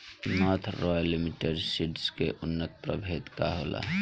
North Royal Limited Seeds के उन्नत प्रभेद का होला?